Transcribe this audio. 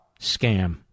scam